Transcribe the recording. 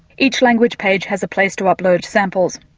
each language page has a place to upload samples.